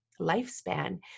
lifespan